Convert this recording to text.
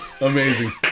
Amazing